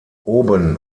oben